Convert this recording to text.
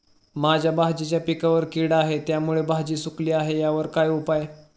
माझ्या भाजीच्या पिकावर कीड आहे त्यामुळे भाजी सुकली आहे यावर काय उपाय?